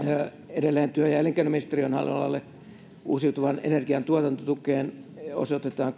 edelleen työ ja elinkeinoministeriön alalle uusiutuvan energian tuotantotukeen osoitetaan